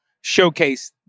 showcase